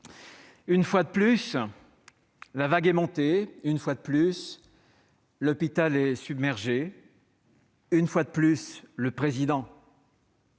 une fois de plus, la vague est montée ; une fois de plus, l'hôpital est submergé ; une fois de plus, le Président